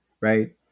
right